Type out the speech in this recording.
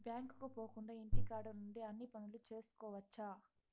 బ్యాంకుకు పోకుండా ఇంటికాడ నుండి అన్ని పనులు చేసుకోవచ్చు